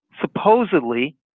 supposedly